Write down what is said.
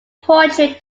portrayed